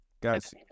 Guys